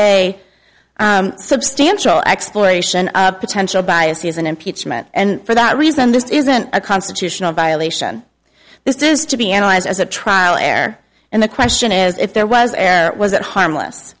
a substantial exploration of potential biases and impeachment and for that reason just isn't a constitutional violation this is to be analyzed as a trial air and the question is if there was was it harmless